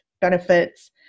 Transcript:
benefits